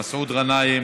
מסעוד גנאים,